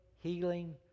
healing